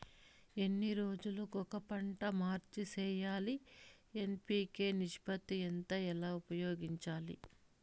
ఎన్ని రోజులు కొక పంట మార్చి సేయాలి ఎన్.పి.కె నిష్పత్తి ఎంత ఎలా ఉపయోగించాలి?